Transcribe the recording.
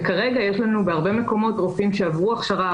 וכרגע יש לנו בהרבה מקומות רופאים שעברו הכשרה,